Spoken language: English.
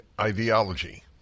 ideology